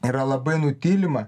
yra labai nutylima